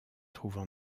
trouvent